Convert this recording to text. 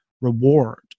reward